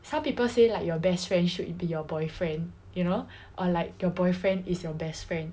some people say like your best friend should be your boyfriend you know or like your boyfriend is your best friend